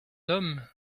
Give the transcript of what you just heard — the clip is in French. homme